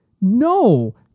No